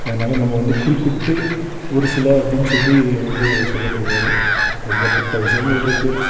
அதனால நம்ம வந்து குறிப்பிட்டு ஒரு சில அப்படின் சொல்லி இதில் வந்து சொல்ல முடியாது ஏகப்பட்ட விஷயங்களிருக்கு